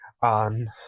on